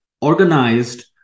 organized